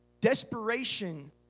Desperation